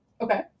Okay